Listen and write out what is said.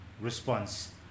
response